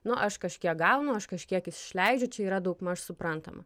nu aš kažkiek gaunu aš kažkiek išleidžiu čia yra daugmaž suprantama